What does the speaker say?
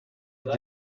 jya